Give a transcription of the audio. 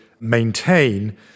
Maintain